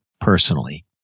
personally